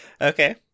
Okay